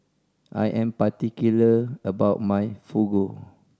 I am particular about my Fugu